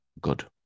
good